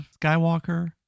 Skywalker